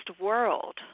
world